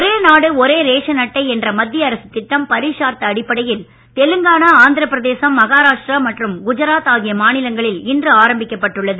ஒரே நாடு ஒரே ரேஷன் அட்டை என்ற மத்திய அரசுத் திட்டம் பரிக்ஷார்த்த அடிப்படையில் தெலுங்கானா ஆந்திர பிரதேசம் மகாராஷ்டிரா மற்றும் குஜராத் ஆகிய மாநிலங்களில் ஆரம்பிக்கப்பட்டு உள்ளது